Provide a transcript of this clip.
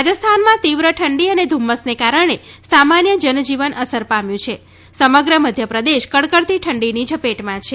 રાજસ્થાનમાં તીવ્ર ઠંડી અને ધુમ્મસને કારણે સામાન્ય જનજીવન અસર પામ્યું છે સમગ્ર મધ્યપ્રદેશ કડકડતી ઠંડીની ઝપેટમાં છે